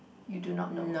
you do not know